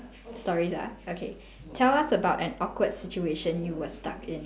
stories ah okay tell us about an awkward situation you were stuck in